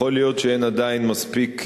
יכול להיות שאין עדיין מספיק,